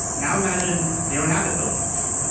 now imagine they don't have the filibuster.